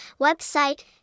website